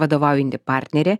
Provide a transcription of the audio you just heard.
vadovaujanti partnerė